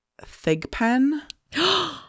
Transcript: Thigpen